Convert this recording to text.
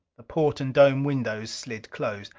the port and dome windows slid closed.